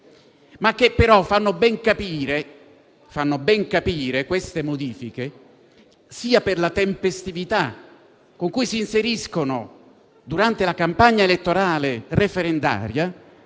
ma che fanno ben capire, sia per la tempestività con cui si inseriscono durante la campagna elettorale referendaria,